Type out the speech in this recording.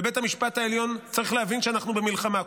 בית המשפט העליון צריך להבין שאנחנו במלחמה.